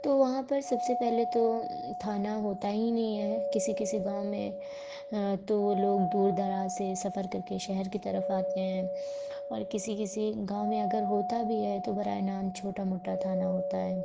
تو وہاں پر سب سے پہلے تو تھانہ ہوتا ہی نہیں ہے کسی کسی گاؤں میں تو وہ لوگ دور دراز سے سفر کر کے شہر کی طرف آتے ہیں اور کسی کسی گاؤں میں اگر ہوتا بھی ہے تو برائے نام چھوٹا موٹا تھانہ ہوتا ہے